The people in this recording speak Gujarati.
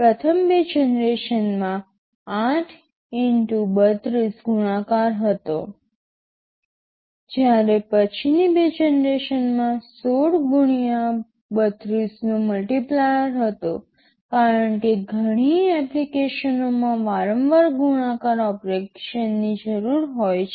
પ્રથમ બે જનરેશનમાં 8 x 32 ગુણાકાર હતો જ્યારે પછીની બે જનરેશન માટે 16 x 32 નો મલ્ટીપ્લાયર હતો કારણ કે ઘણી એપ્લિકેશનોમાં વારંવાર ગુણાકાર ઓપરેશનની જરૂર હોય છે